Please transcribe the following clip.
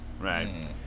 Right